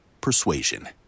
Persuasion